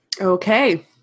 Okay